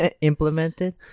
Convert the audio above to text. implemented